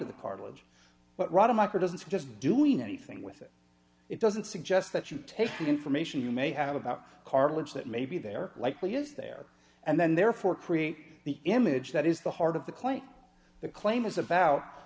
of the cartilage but rather micro doesn't just doing anything with it it doesn't suggest that you take the information you may have about cartilage that may be there likely is there and then therefore create the image that is the heart of the clay the claim is about